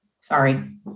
Sorry